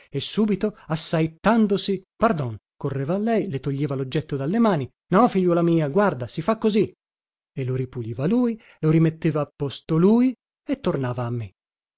e subito assaettandosi pardon correva a lei le toglieva loggetto dalle mani no figliuola mia guarda si fa così e lo ripuliva lui lo rimetteva a posto lui e tornava a me